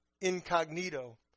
incognito